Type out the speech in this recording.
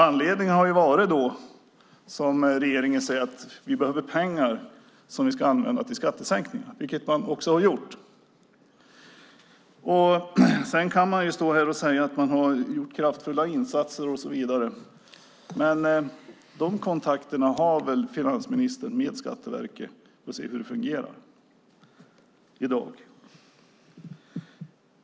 Anledningen är, som regeringen säger, att man har behövt pengar som man ska använda till skattesänkningar, vilket man också har gjort. Sedan kan man stå här och säga att man har gjort kraftfulla insatser och så vidare, men de kontakterna har väl finansministern med Skatteverket att han vet hur det fungerar i dag.